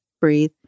breathe